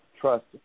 trust